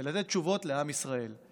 ולתת תשובות לעם ישראל.